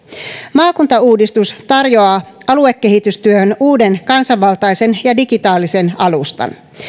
maakuntauudistus tarjoaa aluekehitystyöhön uuden kansanvaltaisen ja digitaalisen alustan